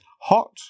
hot